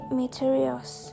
materials